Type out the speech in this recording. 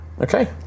Okay